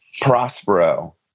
Prospero